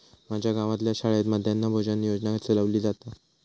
माज्या गावातल्या शाळेत मध्यान्न भोजन योजना चलवली जाता